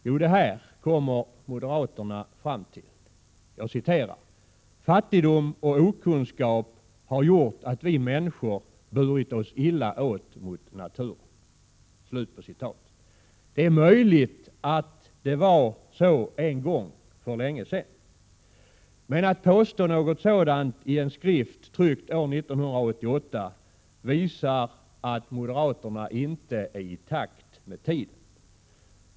Jo, det här kommer moderaterna fram till: ”Fattigdom och okunskap har gjort att vi människor burit oss illa åt mot naturen.” Det är möjligt att det var så en gång för länge sedan. Men att påstå något sådant i en skrift tryckt år1988 visar att moderaterna inte är i takt med tiden.